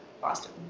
Boston